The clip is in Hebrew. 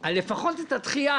אז לפחות את הדחייה,